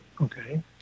Okay